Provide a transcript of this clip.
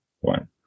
one